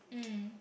mm